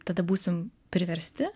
tada būsim priversti